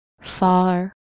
far